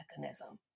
mechanism